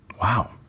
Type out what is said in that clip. wow